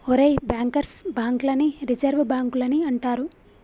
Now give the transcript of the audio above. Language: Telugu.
ఒరేయ్ బ్యాంకర్స్ బాంక్ లని రిజర్వ్ బాంకులని అంటారు